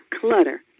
Clutter